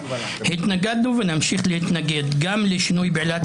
התנגדנו ונמשיך להתנגד גם לשינוי בעילת